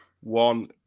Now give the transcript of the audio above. one